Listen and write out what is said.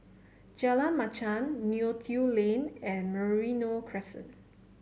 Jalan Machang Neo Tiew Lane and Merino Crescent